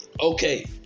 Okay